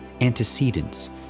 antecedents